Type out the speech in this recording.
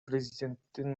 президенттин